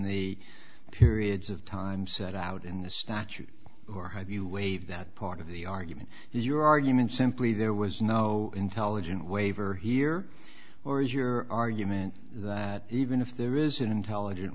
the periods of time set out in the statute or have you waive that part of the argument is your argument simply there was no intelligent waiver here or is your argument that even if there is an intelligent